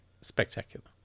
spectacular